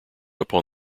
upon